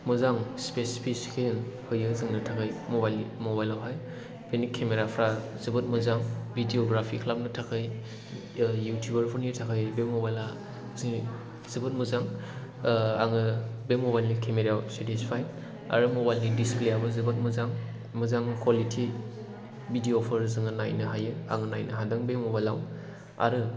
मोजां स्पेसिफिकेसन होयो जोंनि थाखाय मबाइल आवहाय बेनि केमेरा फोरा जोबोद मोजां भिडिअ'ग्राफि खालामनो थाखाय युटुबार फोरनि थाखाय बे मबाइल आ जोंनो जोबोद मोजां आङो बे मबाइल नि केमेरा याव सेटिसफाइड आरो मबाइल नि डिसप्ले आबो जोबोद मोजां मोजां कुवालिटि भिडिअ' फोर जोङो नायनो हायो आङो नायनो हादों बे मबाइल आव आरो